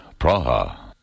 Praha